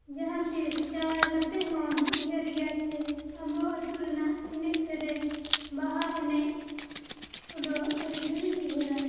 ᱡᱟᱦᱟᱸ ᱛᱤᱥ ᱡᱟᱶᱟᱭ ᱠᱟᱛᱮᱫ ᱦᱚᱧ ᱩᱭᱦᱟᱹᱨ ᱜᱮᱭᱟ ᱪᱮ ᱟᱵᱚ ᱟᱹᱛᱩ ᱨᱮᱱᱟᱜ ᱮᱱᱮᱡ ᱥᱮᱨᱮᱧ ᱵᱟᱦᱟ ᱮᱱᱮᱡ ᱠᱚᱫᱚ ᱟᱹᱰᱤ ᱡᱳᱨᱤᱧ ᱩᱭᱦᱟᱹᱨᱟ